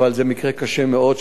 אבל זה מקרה קשה מאוד,